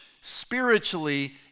spiritually